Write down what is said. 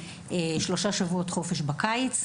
שלושה שבועות חופש בקיץ.